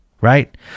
right